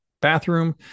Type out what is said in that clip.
bathroom